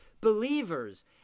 Believers